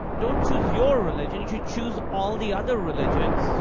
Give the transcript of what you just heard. don't choose your religion. you should choose all the other religions,